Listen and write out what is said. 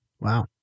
Wow